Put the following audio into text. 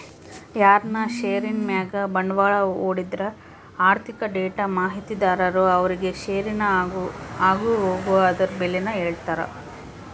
ಯಾರನ ಷೇರಿನ್ ಮ್ಯಾಗ ಬಂಡ್ವಾಳ ಹೂಡಿದ್ರ ಆರ್ಥಿಕ ಡೇಟಾ ಮಾಹಿತಿದಾರರು ಅವ್ರುಗೆ ಷೇರಿನ ಆಗುಹೋಗು ಅದುರ್ ಬೆಲೇನ ಹೇಳ್ತಾರ